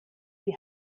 die